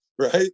Right